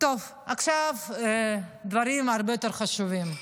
עכשיו דברים הרבה יותר חשובים.